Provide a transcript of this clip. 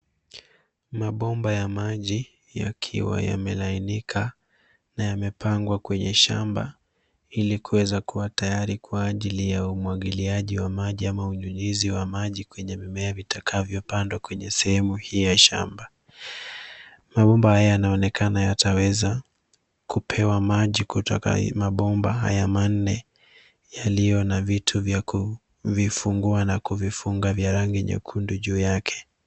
Mabomba ya maji yakiwa yamelainika na yamepangwa kwenye shamba ili kuweza kuwa tayari kwa ajili ya umwagiliaji wa maji ama unyinyizi wa maji kwenye mimea vitakavyopandwa kwenye sehemu hii ya shamba. Mabomba haya yanaonekana yataweza kupewa maji kutoka mabomba haya manne yaliyo na vitu vya kuvifungua na kuvifunga vya rangi nyekundu juu yake.